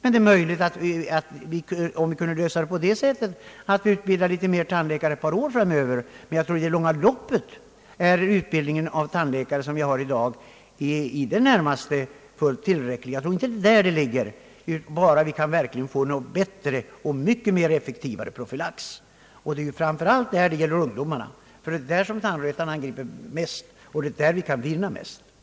Det är möjligt att vi skulle kunna praktiskt lösa problemen genom att utbilda flera tandläkare under ett par år framöver genom extra kurser eller på annat sätt, men jag tror att den utbildning av tandläkare som vi i dag har i det långa loppet är i det närmaste fullt tillräcklig, om en bättre och mycket effektivare profylax genomföres. Dessutom måste vi främst hjälpa ungdomarna att få tandvård. Det är framför allt ungdomarnas tänder som angrips av karies, och i de åldersklasserna har vi därför mest att vinna.